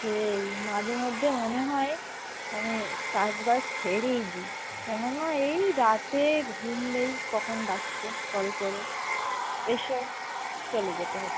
সেই মাঝে মধ্যে মনে হয় মানে কাজ বাজ ছেড়েই দিই কেননা এই রাতে ঘুম নেই কখন ডাকছে কল করে এসো চলে যেতে হচ্ছে